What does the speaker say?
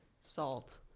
salt